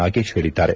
ನಾಗೇಶ್ ಹೇಳಿದ್ದಾರೆ